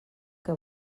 que